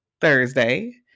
Thursday